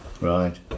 Right